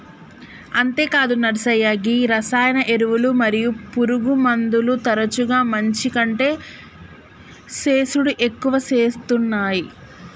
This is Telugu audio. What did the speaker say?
అంతేగాదు నర్సయ్య గీ రసాయన ఎరువులు మరియు పురుగుమందులు తరచుగా మంచి కంటే సేసుడి ఎక్కువ సేత్తునాయి